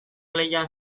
lehian